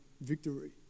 victory